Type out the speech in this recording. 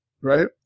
right